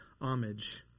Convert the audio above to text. homage